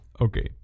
Okay